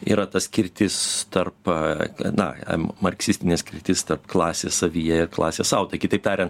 yra ta skirtis tarp na em marksistinė skirtis tarp klasės tavyje ir klasės sau tai kitaip tariant